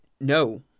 no